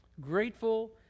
grateful